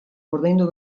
ordaindu